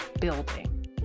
building